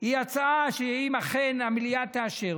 היא הצעה שאם אכן המליאה תאשר,